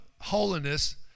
holiness